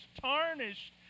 tarnished